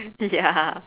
ya